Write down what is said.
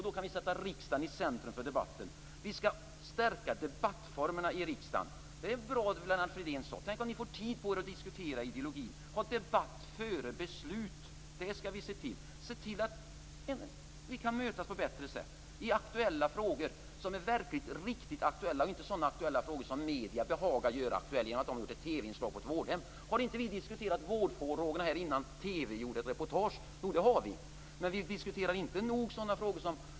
Då kan vi sätta riksdagen i centrum. Vi skall stärka debattformerna i riksdagen. Det vore väl bra, Lennart Fridén? Tänk om ni får tid på er att diskutera ideologin! Vi skall se till att ha debatt före beslut och se till att vi kan mötas på bättre sätt i verkligt aktuella frågor. Det skall inte vara sådana frågor som medierna behagar göra aktuella. De gjorde t.ex. ett TV-inslag om ett vårdhem. Men har inte vi diskuterat vårdfrågorna här förut, innan TV gjorde ett reportage? Jo, det har vi! Men vi diskuterar inte andra frågor tillräckligt.